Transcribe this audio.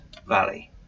Valley